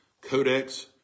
Codex